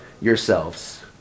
yourselves